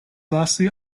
lasi